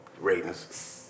ratings